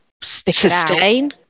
sustain